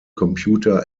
computer